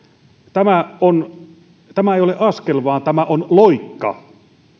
tämä ei ole askel vaan tämä on loikka